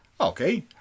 Okay